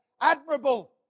admirable